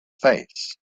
face